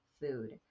food